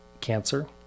cancer